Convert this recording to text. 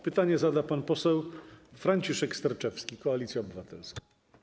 Pytanie zada pan poseł Franciszek Sterczewski, Koalicja Obywatelska.